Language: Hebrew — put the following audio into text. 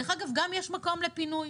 דרך אגב, גם יש מקום לפינוי.